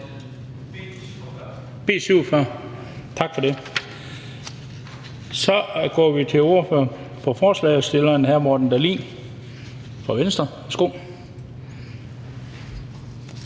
B 47. Tak for det. Så går vi til ordføreren for forslagsstillerne, hr. Morten Dahlin fra Venstre. Værsgo.